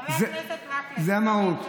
חבר הכנסת מקלב,